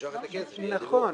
תגיעו להסכמה.